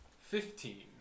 Fifteen